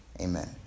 amen